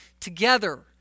together